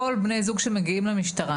כל בני זוג שמגיעים למשטרה,